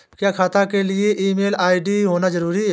क्या खाता के लिए ईमेल आई.डी होना जरूरी है?